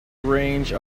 range